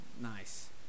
Nice